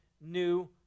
new